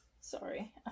Sorry